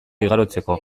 igarotzeko